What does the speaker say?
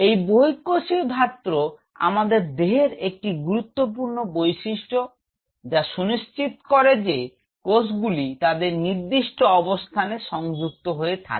এই বহিঃকোষীয় ধাত্র আমাদের দেহের একটি গুরুত্বপূর্ণ বৈশিষ্ট্য যা সুনিশ্চিত করে যে কোষগুলি তাদের নির্দিষ্ট অবস্থানে সংযুক্ত হয়ে থাকে